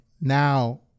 now